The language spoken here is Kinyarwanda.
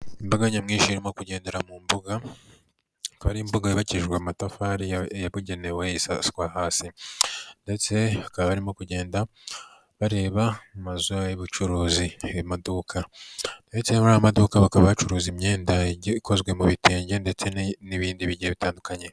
Imbaga nyamwinshi irimo kugendera mu mbuga, ikaba ari imbuga yubakijwe amatafari yabugenewe asaswa hasi ndetse, akaba barimo kugenda bareba mazu y'ubucuruzi mu maduka ndetse muri ayo maduka bakaba bacuruza imyenda ikozwe mu bitenge ndetse n'ibindi bigiye bitandukanye.